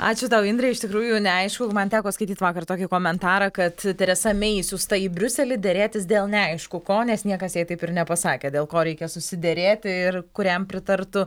ačiū tau indre iš tikrųjų neaišku man teko skaityt vakar tokį komentarą kad teresa mei išsiųsta į briuselį derėtis dėl neaišku ko nes niekas jai taip ir nepasakė dėl ko reikia susiderėti ir kuriam pritartų